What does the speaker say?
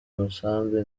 umusambi